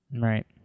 Right